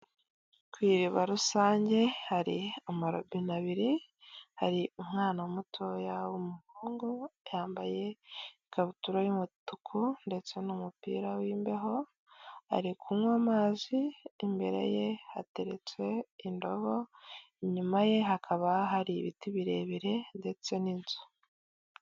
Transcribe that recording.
Ku iriba rusange hari amarobine abiri, hari umwana muto w'umuhungu yambaye ikabutura y'umutuku ndetse n'umupira w'imbeho ari kunywa amazi, imbere ye hatereretse indobo, inyuma ye hakaba hari ibiti birebire ndetse n'inzu.